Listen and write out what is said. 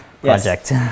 Project